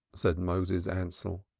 said moses ansell.